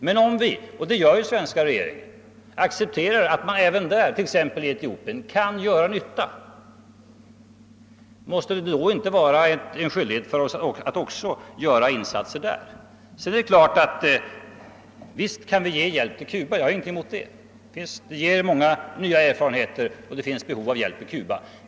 Men om vi — vilket den svenska regeringen gör — accepterar att vi även där exempelvis i Etiopien, kan göra nytta, bör det inte då vara vår skyldighet att göra insatser även där? Jag har ingenting emot att vi hjälper Cuba. Det kan ge intressanta erfarenheter och Cuba är i behov av hjälp.